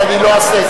אבל אני לא אהסס.